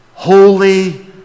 Holy